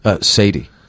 Sadie